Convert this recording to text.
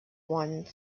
one